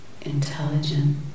intelligent